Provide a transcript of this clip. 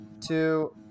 two